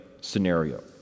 scenario